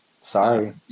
sorry